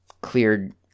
cleared